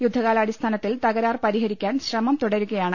യുദ്ധകാലാടിസ്ഥാനത്തിൽ തകരാർ പരിഹരിക്കാൻ ശ്രമം തുട രുകയാണ്